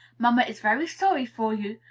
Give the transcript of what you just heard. mamma is very sorry for you,